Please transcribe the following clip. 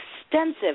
extensive